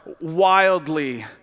wildly